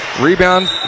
Rebound